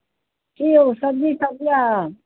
की यौ सब्जी सब यऽ